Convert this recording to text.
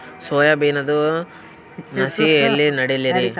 Soya ಬಿನದು ಸಸಿ ಎಲ್ಲಿ ನೆಡಲಿರಿ?